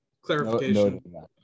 clarification